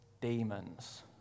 demons